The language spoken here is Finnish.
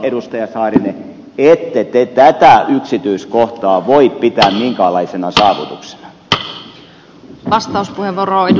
edustaja saarinen ette te tätä yksityiskohtaa voi pitää minkäänlaisena saavutuksena